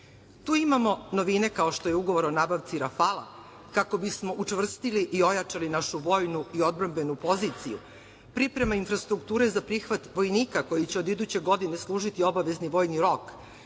Tu imamo novine kao što je ugovor o nabavci rafala kako bismo učvrstili i ojačali našu vojnu i odbrambenu poziciju, priprema infrastrukture za prihvat vojnika koji će od iduće godine služiti obavezni vojni rok,